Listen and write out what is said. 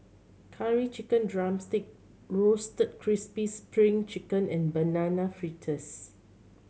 Curry Chicken drumstick Roasted Crispy Spring Chicken and Banana Fritters